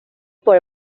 por